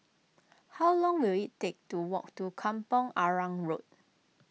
how long will it take to walk to Kampong Arang Road